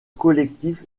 collectif